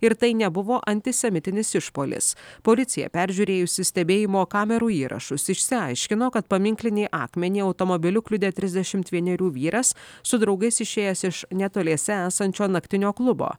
ir tai nebuvo antisemitinis išpuolis policija peržiūrėjusi stebėjimo kamerų įrašus išsiaiškino kad paminklinį akmenį automobiliu kliudė trisdešimt vienerių vyras su draugais išėjęs iš netoliese esančio naktinio klubo